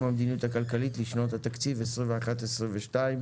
המדיניות הכלכלית לשנות התקציב 2021 ו-2022),